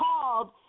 called